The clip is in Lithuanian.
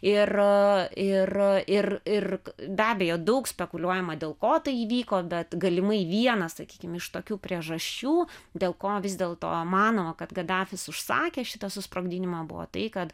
ir ir ir ir be abejo daug spekuliuojama dėl ko tai įvyko bet galimai vieną sakykim iš tokių priežasčių dėl ko vis dėl to manoma kad gaddafis užsakė šitą susprogdinimą buvo tai kad